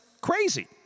crazy